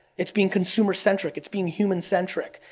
it's being consumer-centric. it's being human-centric.